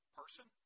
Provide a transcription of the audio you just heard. person